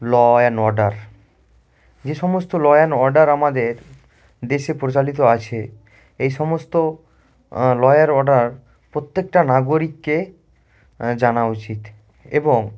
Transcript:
law and order যে সমস্ত law and order আমাদের দেশে প্রচলিত আছে এই সমস্ত ল অ্যান্ড অর্ডার প্রত্যেকটা নাগরিককে জানা উচিত এবং